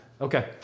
Okay